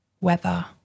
weather